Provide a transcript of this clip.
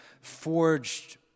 forged